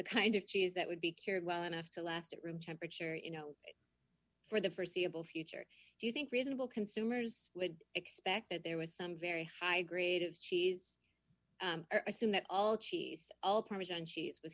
kind of cheese that would be cured well enough to last at room temperature you know for the forseeable future do you think reasonable consumers would expect that there was some very high grade of cheese assume that all cheese all parmesan cheese was